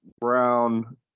Brown